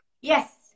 Yes